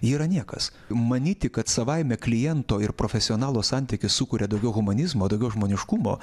ji yra niekas manyti kad savaime kliento ir profesionalo santykis sukuria daugiau humanizmo daugiau žmoniškumo